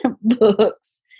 books